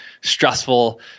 stressful